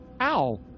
Ow